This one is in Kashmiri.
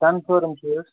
کنفٲرٕم چھِ